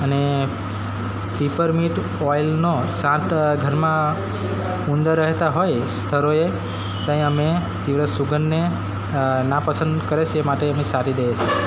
અને પીપરમિન્ટ ઓઇલનો છાંટ ઘરમાં ઉંદર રહેતા હોય સ્થળોએ ત્યાં અમે તીવ્ર સુગંધને ના પસંદ કરે છે એ માટે અમે છાંટી દઈએ છીએ